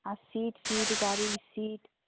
আর seat seat গাড়ির seat